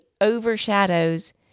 overshadows